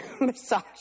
Massage